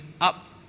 up